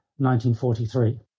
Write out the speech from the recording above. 1943